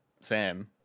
Sam